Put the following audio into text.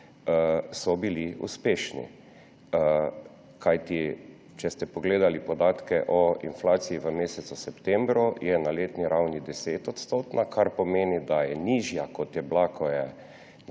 zakonih, uspešni. Če ste pogledali podatke o inflaciji v mesecu septembru, je na letni ravni 10-odstotna, kar pomeni, da je nižja, kot je bila, ko je